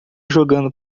jogando